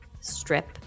strip